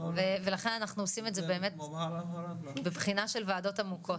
ולכן אנחנו עושים את זה בבחינה של וועדות עמוקות,